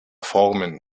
formen